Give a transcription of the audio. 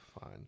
fine